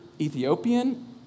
Ethiopian